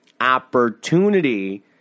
opportunity